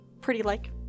pretty-like